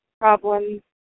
problems